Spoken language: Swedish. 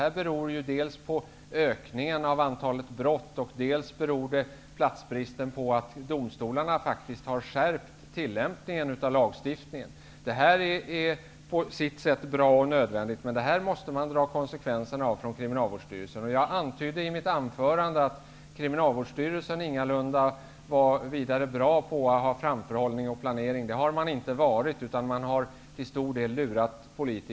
Det beror bl.a. på ökningen av antalet brott, och platsbristen beror bl.a. på att domstolarna har skärpt tillämpningen av lagstiftningen. Det är på sitt sätt bra och nödvändigt. Men Kriminalvårdsstyrelsen måste ta konsekvenserna av detta. Jag antydde i mitt anförande att Kriminalvårdsstyrelsen ingalunda är bra på att ha en framförhållning i planeringen. Politikerna har till stor del blivit lurade.